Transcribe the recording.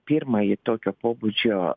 pirmąjį tokio pobūdžio